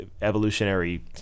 evolutionary